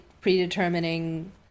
predetermining